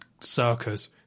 circus